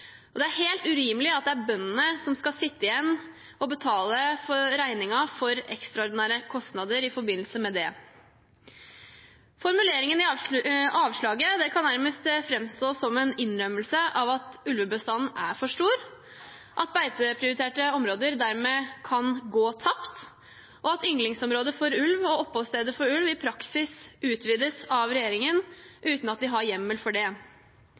Det er helt urimelig at det er bøndene som skal sitte igjen med å betale regningen for ekstraordinære kostnader i forbindelse med det. Formuleringen i avslaget kan nærmest framstå som en innrømmelse av at ulvebestanden er for stor, at beiteprioriterte områder dermed kan gå tapt, og at ynglingsområdet for ulv og oppholdsstedet for ulv i praksis utvides av regjeringen uten at de har hjemmel for det.